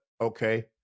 okay